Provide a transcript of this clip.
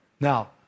Now